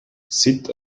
sitt